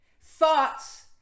thoughts